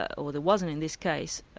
or there wasn't in this case,